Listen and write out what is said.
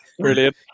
Brilliant